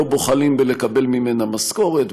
לא בוחלים בלקבל ממנה משכורת,